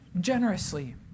generously